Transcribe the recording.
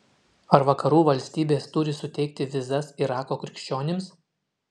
ar vakarų valstybės turi suteikti vizas irako krikščionims